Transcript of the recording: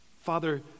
Father